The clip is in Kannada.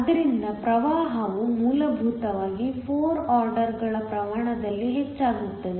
ಆದ್ದರಿಂದ ಪ್ರವಾಹವು ಮೂಲಭೂತವಾಗಿ 4 ಆರ್ಡರ್ ಗಳ ಪ್ರಮಾಣದಲ್ಲಿ ಹೆಚ್ಚಾಗುತ್ತದೆ